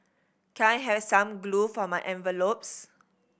can I have some glue for my envelopes